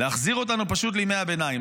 להחזיר אותנו פשוט לימי הביניים.